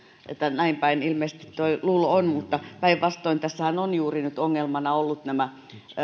näinpäin ilmeisesti tuo luulo on mutta päinvastoin tässähän ovat juuri ongelmana olleet nämä